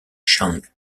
shang